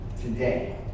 today